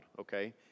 okay